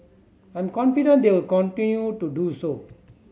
I'm confident they will continue to do so